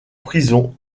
prison